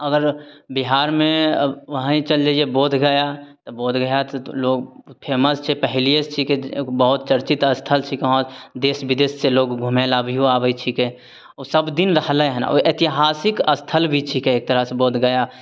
अगर बिहारमे वही चल जइए बोध गया तऽ बोध गया लोग फेमस छै पहिले सँ छीकै बहुत चर्चित स्थल छीकौ वहाँ देश विदेश सँ लोग घूमय लए लोग अभियो आबय छीकै ओ सब दिन रहलय हन ओ एतिहासिक स्थल भी छीकै एक तरह सँ बोध गया